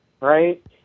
right